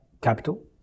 capital